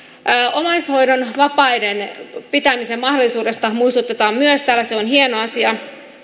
omaishoidon vapaiden pitämisen mahdollisuudesta muistutetaan myös täällä se on hieno asia